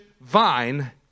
vine